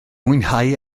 mwynhau